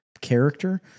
character